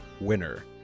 winner